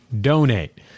donate